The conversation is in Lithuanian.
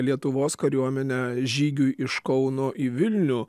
lietuvos kariuomenę žygiui iš kauno į vilnių